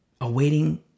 awaiting